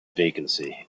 vacancy